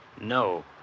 No